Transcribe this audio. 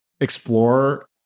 explore